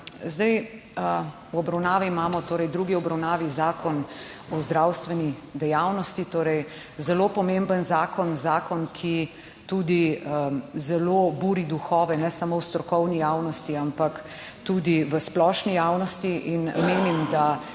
V obravnavi imamo, torej v drugi obravnavi, Zakon o zdravstveni dejavnosti. torej zelo pomemben zakon. Zakon, ki tudi zelo buri duhove, ne samo v strokovni javnosti, ampak tudi v splošni javnosti. In menim, da